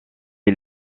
est